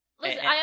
listen